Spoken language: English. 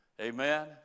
Amen